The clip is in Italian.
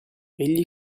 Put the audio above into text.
egli